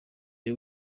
the